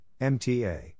MTA